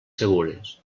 segures